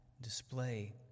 display